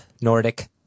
Nordic